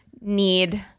need